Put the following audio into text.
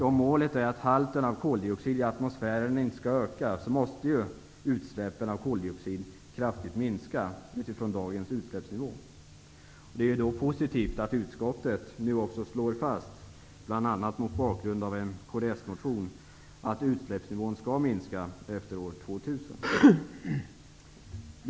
Om målet är att halten av koldioxid i atmosfären inte skall öka, måste utsläppen av koldioxid minska kraftigt sett utifrån dagens utsläppsnivå. Det är positivt att utskottet nu också slår fast, bl.a. mot bakgrund av en kds-motion, att utsläppsnivån skall minska efter år 2000.